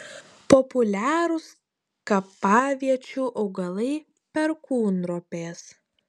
populiarūs kapaviečių augalai perkūnropės